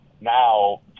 now